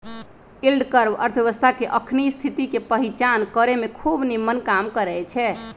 yield curve अर्थव्यवस्था के अखनी स्थिति के पहीचान करेमें खूब निम्मन काम करै छै